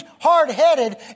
hard-headed